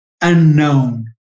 unknown